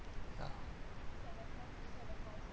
ya